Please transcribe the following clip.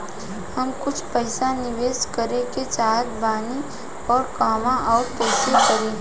हम कुछ पइसा निवेश करे के चाहत बानी और कहाँअउर कइसे करी?